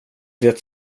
det